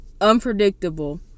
unpredictable